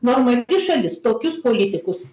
normali šalis tokius politikus